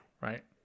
right